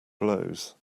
blows